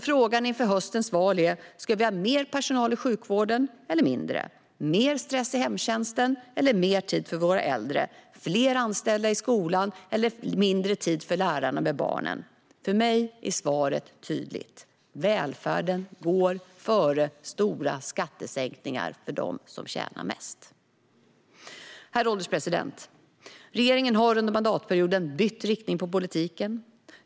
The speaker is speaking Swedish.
Frågan inför höstens val är: Ska vi ha mer personal i sjukvården eller mindre, mer stress i hemtjänsten eller mer tid för våra äldre, fler anställda i skolan eller mindre tid för lärarna med barnen? För mig är svaret tydligt. Välfärden går före stora skattesänkningar för dem som tjänar mest. Herr ålderspresident! Regeringen har under mandatperioden bytt riktning på politiken.